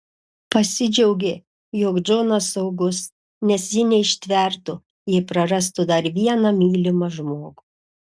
pasidžiaugė jog džonas saugus nes ji neištvertų jei prarastų dar vieną mylimą žmogų